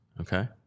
Okay